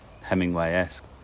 Hemingway-esque